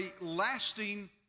lasting